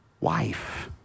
Wife